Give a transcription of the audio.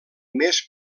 més